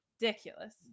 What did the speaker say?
ridiculous